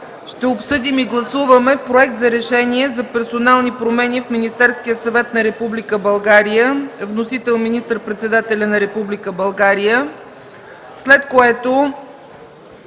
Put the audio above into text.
ще обсъдим и гласуваме Проект за решение за персонални промени в Министерския съвет на Република България. Вносител – министър-председателят на Република България. След това